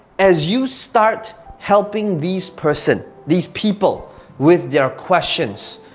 as you start helping these person, these people with their questions,